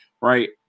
right